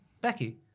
Becky